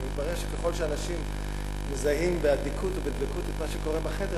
ומתברר שככל שאנשים מזהים באדיקות ובדבקות את מה שקורה בחדר,